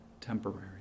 temporary